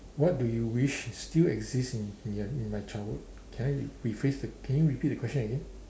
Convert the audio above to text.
what do you wish is still exist in ya in my childhood can I re~ rephrase the can you repeat the question again